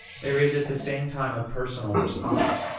there is at the same time a personal response.